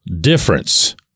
difference